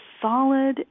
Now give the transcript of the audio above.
solid